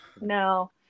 No